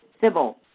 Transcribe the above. Sybil